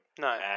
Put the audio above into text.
No